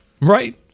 Right